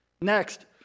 Next